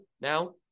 now